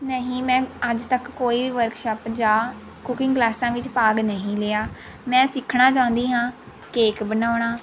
ਨਹੀਂ ਮੈਂ ਅੱਜ ਤੱਕ ਕੋਈ ਵੀ ਵਰਕਸ਼ਾਪ ਜਾਂ ਕੂਕਿੰਗ ਕਲਾਸਾਂ ਵਿੱਚ ਭਾਗ ਨਹੀਂ ਲਿਆ ਮੈਂ ਸਿੱਖਣਾ ਚਾਹੁੰਦੀ ਹਾਂ ਕੇਕ ਬਣਾਉਣਾ